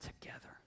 together